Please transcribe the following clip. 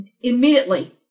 immediately